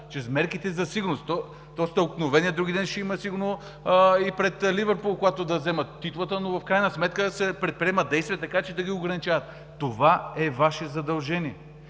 Чрез мерките за сигурност – стълкновение вдругиден ще има сигурно и пред „Ливърпул“ за титлата, но в крайна сметка се предприемат действия, така че да ги ограничават. Това е Ваше задължение!